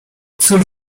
cóż